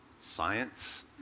science